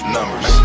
Numbers